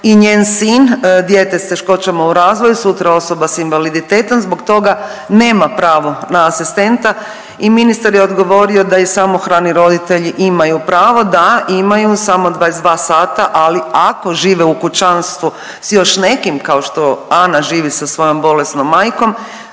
i njen sin, dijete s teškoćama u razvoju sutra osoba s invaliditetom zbog toga nema pravo na asistenta i ministar je odgovorio da i samohrani roditelji imaju pravo. Imaju, da, imaju samo 22 sata, ali ako žive u kućanstvu s još nekim kao što Ana živi sa svojom bolesnom majkom